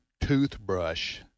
toothbrush